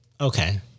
Okay